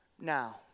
now